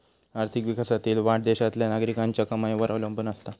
आर्थिक विकासातील वाढ देशातल्या नागरिकांच्या कमाईवर अवलंबून असता